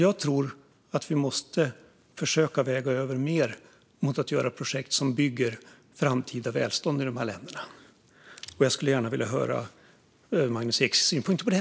Jag tror att vi måste försöka väga över mer mot att göra projekt som bygger framtida välstånd i de här länderna. Jag skulle gärna vilja höra Magnus Eks synpunkter på det.